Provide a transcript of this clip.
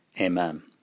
Amen